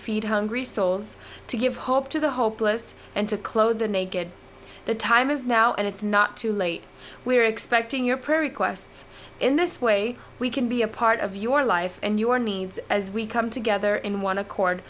feed hungry souls to give hope to the hopeless and to clothe the naked the time is now and it's not too late we are expecting your prayer requests in this way we can be a part of your life and your needs as we come together in one accord